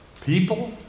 people